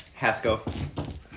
Hasco